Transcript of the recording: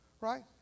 Right